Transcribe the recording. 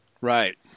Right